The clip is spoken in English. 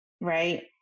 right